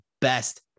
best